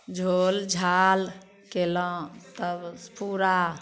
झोल झाल कयलहुँ तब पुरा